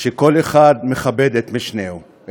שכל אחד מכבד את רעהו.